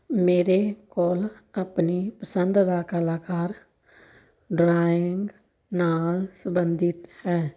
ਮੇਰੇ ਕੋਲ ਆਪਣੀ ਪਸੰਦ ਦਾ ਕਲਾਕਾਰ ਡਰਾਇੰਗ ਨਾਲ ਸਬੰਧਿਤ ਹੈ